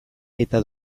eta